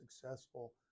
successful